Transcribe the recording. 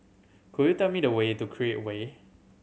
could you tell me the way to Create Way